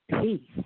peace